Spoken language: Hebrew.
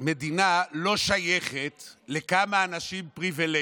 המדינה לא שייכת לכמה אנשים פריבילגיים.